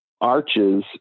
arches